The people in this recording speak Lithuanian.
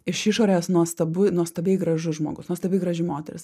iš išorės nuostabu nuostabiai gražus žmogus nuostabiai graži moteris